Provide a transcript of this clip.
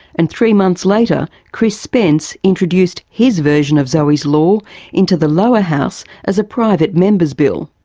and three months later chris spence introduced his version of zoe's law into the lower house as a private members bill.